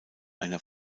einer